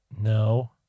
No